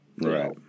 Right